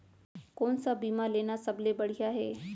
कोन स बीमा लेना सबले बढ़िया हे?